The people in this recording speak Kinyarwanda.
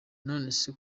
nonese